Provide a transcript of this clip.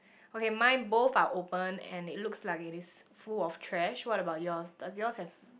okay mine both are open and it looks like it is full of trash what about yours does yours have